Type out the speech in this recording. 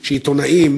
עיתונאי,